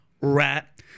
rat